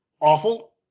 awful